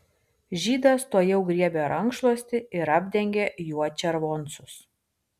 žydas tuojau griebė rankšluostį ir apdengė juo červoncus